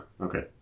Okay